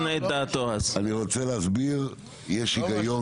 שיש הגיון